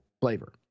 flavor